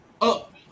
up